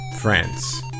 France